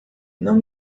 não